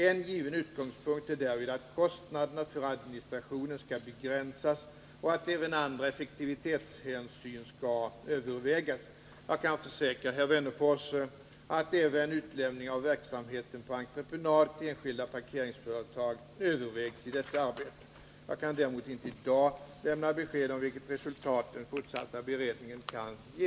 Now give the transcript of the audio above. En given utgångspunkt är därvid att kostnaderna för administrationen skall begränsas och att även andra effektivitetshänsyn måste övervägas. Jag kan försäkra herr Wennerfors att även utlämning av verksamheten på entreprenad till enskilda parkeringsföretag övervägs i detta arbete. Jag kan däremot inte i dag lämna besked om vilket resultat den fortsatta beredningen kan ge.